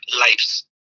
lives